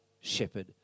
shepherd